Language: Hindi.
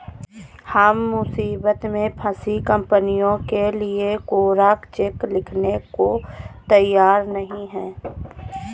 हम मुसीबत में फंसी कंपनियों के लिए कोरा चेक लिखने को तैयार नहीं हैं